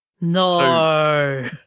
No